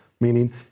meaning